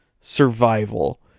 survival